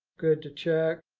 good to check.